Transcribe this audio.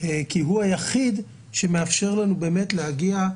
כי הוא היחיד שמאפשר לנו באמת להגיע,